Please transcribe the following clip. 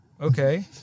okay